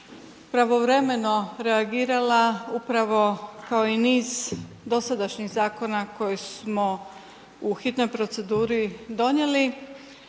pravovremeno reagirala upravo kao i niz dosadašnjih zakona koje smo u hitnoj proceduri donijeli